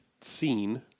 scene